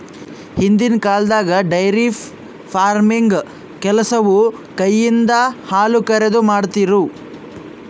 ಹಿಂದಿನ್ ಕಾಲ್ದಾಗ dairy farming ಕೆಲಸವು ಕೈಯಿಂದ ಹಾಲುಕರೆದು, ಮಾಡ್ತಿರು